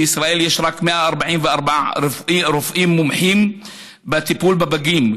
בישראל יש רק 144 רופאים מומחים בטיפול בפגים,